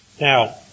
Now